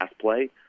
play